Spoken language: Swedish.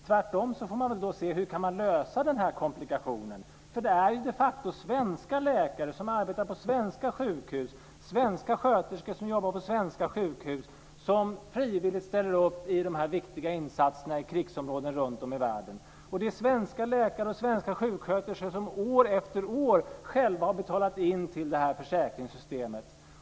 Tvärtom får man då se efter hur man kan lösa problemet med komplikationen. Detta är de facto svenska läkare och svenska sköterskor som arbetar på svenska sjukhus som frivilligt ställer upp i de här viktiga insatserna i krigsområden runtom i världen. Det är svenska läkare och svenska sjuksköterskor som år efter år själva har betalat in till försäkringssystemet.